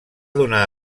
donar